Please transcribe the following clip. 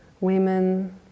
women